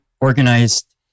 organized